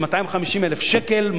של 250,000 שקל,